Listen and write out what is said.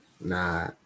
Nah